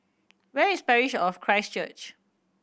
where is Parish of Christ Church